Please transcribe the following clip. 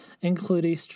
including